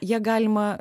ja galima